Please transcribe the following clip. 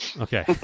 Okay